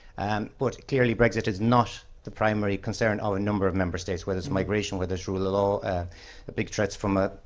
and but clearly, brexit is not the primary concern over a number of member states where there's migration, where there's rule of law. a big transformer,